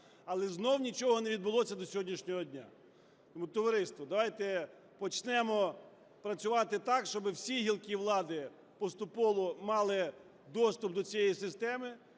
Але знову нічого не відбулося до сьогоднішнього дня. Товариство, давайте почнемо працювати так, щоб всі гілки влади поступово мали доступ до цієї системи,